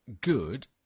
good